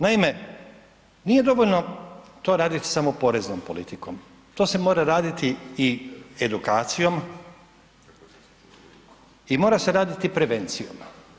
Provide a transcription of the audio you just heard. Naime, nije dovoljno to raditi samo poreznom politikom, to se mora raditi i edukacijom i mora se raditi prevencijom.